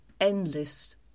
endless